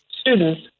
students